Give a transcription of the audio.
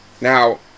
Now